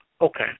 Okay